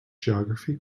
geography